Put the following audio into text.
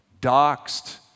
doxed